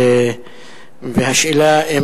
והשאלה אם,